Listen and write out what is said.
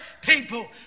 people